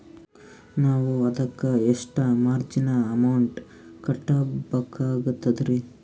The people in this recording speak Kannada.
ನಾವು ಅದಕ್ಕ ಎಷ್ಟ ಮಾರ್ಜಿನ ಅಮೌಂಟ್ ಕಟ್ಟಬಕಾಗ್ತದ್ರಿ?